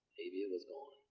maybe it was gone.